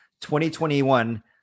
2021